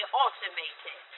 automated